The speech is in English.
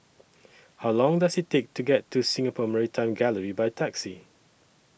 How Long Does IT Take to get to Singapore Maritime Gallery By Taxi